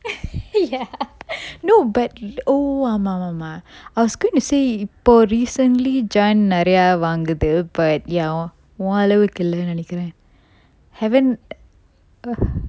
ya no but oh ஆமா வாமா:aama vama I was going to say இப்போ:ippo recently jane நெறைய வாங்குது:neraya vanguthu but ya ஒன் அளவுக்கு இல்லனு நெனைக்குரன்:oan alavukku illanu nenaikkuran haven't ah